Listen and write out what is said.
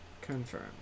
Confirm